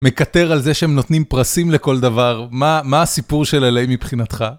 מקטר על זה שהם נותנים פרסים לכל דבר, מה הסיפור של LA מבחינתך?